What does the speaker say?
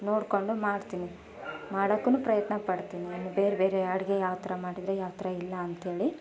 ನೋಡಿಕೊಂಡು ಮಾಡ್ತೀನಿ ಮಾಡೋಕ್ಕೂನು ಪ್ರಯತ್ನ ಪಡ್ತೀನಿ ಬೇರೆ ಬೇರೆ ಅಡುಗೆ ಯಾವ ಥರ ಮಾಡಿದರೆ ಯಾವ ಥರ ಇಲ್ಲ ಅಂತೇಳಿ